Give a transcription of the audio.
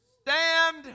Stand